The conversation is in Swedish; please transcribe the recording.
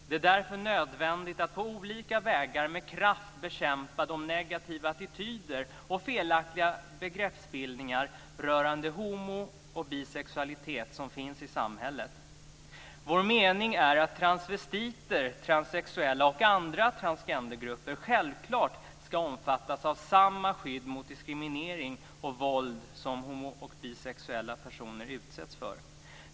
Det är därför nödvändigt att på olika vägar med kraft bekämpa de negativa attityder och felaktiga begreppsbildningar rörande homo och bisexualitet som finns i samhället. Vår mening är att transvestiter, transsexuella och andra transgendergrupper självklart ska omfattas av samma skydd mot diskriminering och våld som homo och bisexuella.